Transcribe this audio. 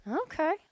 Okay